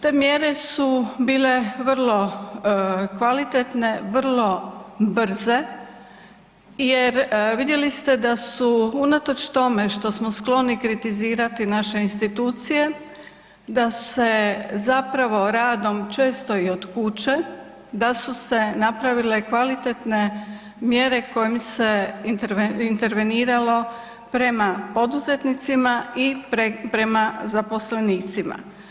Te mjere su bile vrlo kvalitetne, vrlo brze jer vidjeli ste, da su, unatoč tome što smo skloni kritizirati naše institucije, da se zapravo radom često i od kuće, da su se napravile kvalitetne mjere kojim se interveniralo prema poduzetnicima i prema zaposlenicima.